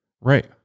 Right